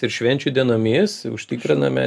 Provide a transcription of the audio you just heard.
ir švenčių dienomis užtikriname